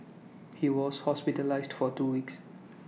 he was hospitalised for two weeks